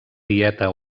dieta